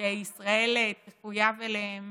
שישראל תחויב אליהן